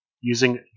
using